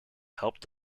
helped